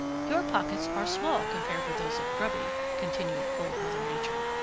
your pockets are small compared with those of grubby, continued old mother nature.